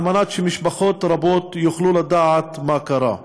על מנת שמשפחות רבות יוכלו לדעת מה קרה.